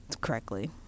correctly